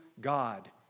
God